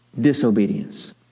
disobedience